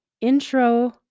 intro